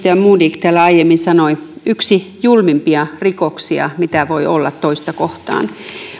kuin edustaja modig täällä aiemmin sanoi yksi julmimpia rikoksia mitä voi olla toista kohtaan